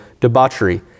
debauchery